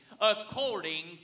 according